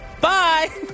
Bye